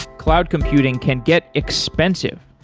cloud computing can get expensive.